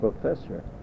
professor